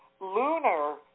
lunar